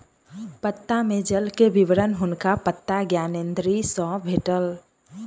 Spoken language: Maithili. पत्ता में जल के विवरण हुनका पत्ता ज्ञानेंद्री सॅ भेटल